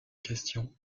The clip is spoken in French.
question